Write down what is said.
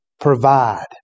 provide